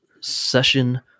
Session